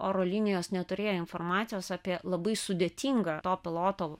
oro linijos neturėjo informacijos apie labai sudėtingą to piloto